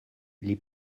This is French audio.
les